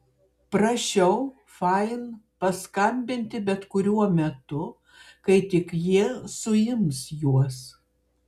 prašiau fain paskambinti bet kuriuo metu kai tik jie suims juos